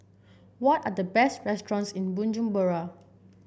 what are the best restaurants in Bujumbura